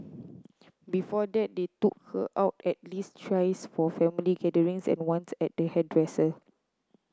before that they took her out at least thrice for family gatherings and once the hairdresser